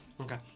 Okay